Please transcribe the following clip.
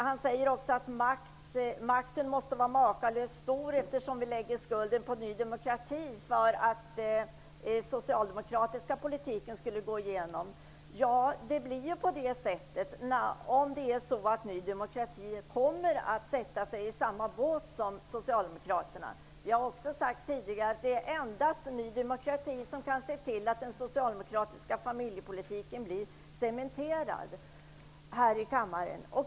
Han säger också att makten måste vara makalöst stor eftersom vi, om den socialdemokratiska politiken går igenom, lägger skulden på Ny demokrati. Ja, det blir ju på det sättet om Ny demokrati sätter sig i samma båt som socialdemokraterna. Jag har också tidigare sagt att det endast är Ny demokrati som kan se till att den socialdemokratiska familjepolitiken blir cementerad här i kammaren.